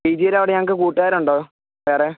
P ജിയുടെ അവിടെ ഞങ്ങൾക്ക് കൂട്ടുകാർ ഉണ്ടോ വേറെ